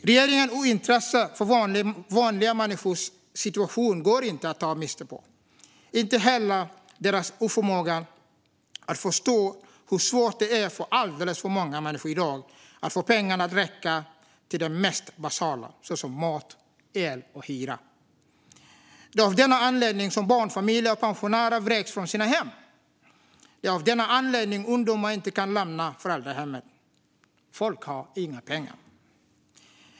Regeringens ointresse för vanliga människors situation går inte att ta miste på, och inte heller deras oförmåga att förstå hur svårt det är för alldeles för många människor i dag att få pengarna att räcka till det mest basala, såsom mat, el och hyra. Det är av denna anledning som barnfamiljer och pensionärer vräks från sina hem. Det är av denna anledning ungdomar inte kan lämna föräldrahemmet. Folk har inga pengar.